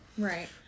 Right